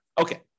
Okay